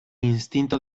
instinto